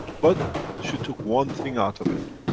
but she took one thing out of it.